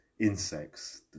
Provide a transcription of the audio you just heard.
Insects